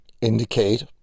indicate